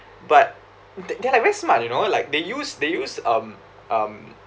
but th~ they're very smart you know like they use they use um um